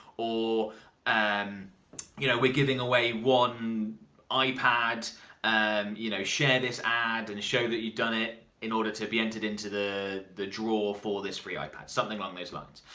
or and you know we're giving away one ipad and you know share this ad and show that you've done it in order to be entered into the the draw for this free ipad, something along those lines.